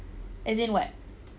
as in what